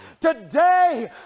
Today